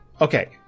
okay